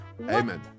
Amen